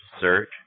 search